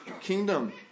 kingdom